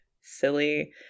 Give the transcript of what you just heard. silly